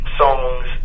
songs